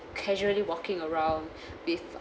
casually walking around with